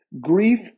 grief